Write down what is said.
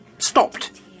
Stopped